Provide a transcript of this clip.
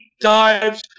dives